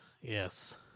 Yes